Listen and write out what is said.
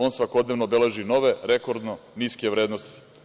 On svakodnevno beleži nove rekordno niske vrednosti.